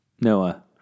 Noah